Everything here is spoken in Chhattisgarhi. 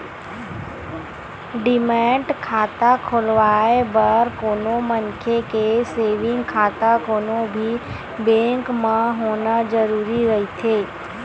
डीमैट खाता खोलवाय बर कोनो मनखे के सेंविग खाता कोनो भी बेंक म होना जरुरी रहिथे